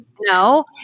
no